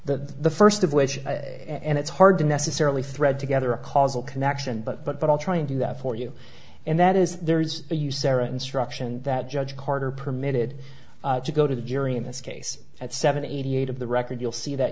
which and it's hard to necessarily thread together a causal connection but but i'll try and do that for you and that is there's a usera instruction that judge carter permitted to go to the jury in this case at seven eighty eight of the record you'll see that